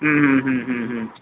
ହୁଁ ହୁଁ ହୁଁ ହୁଁ